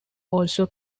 also